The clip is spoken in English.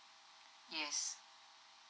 yes